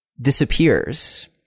disappears